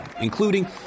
including